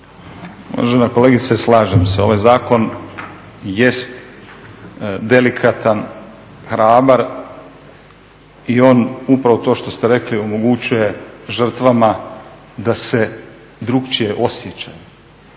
Uvažena kolegice slažem se. Ovaj zakon jest delikatan, hrabar i on upravo to što ste rekli omogućuje žrtvama da se drugačije osjećaju.